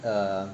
err